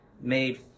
made